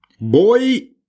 Boy